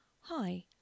Hi